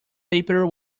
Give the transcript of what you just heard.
paper